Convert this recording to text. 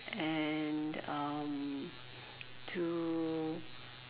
and um to